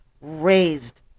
raised